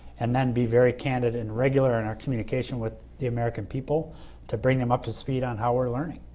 and then be very candid and regular in our communication with the american people to bring them up to speed on how we're learning.